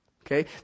Okay